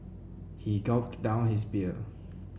he gulped down his beer